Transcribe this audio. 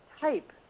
type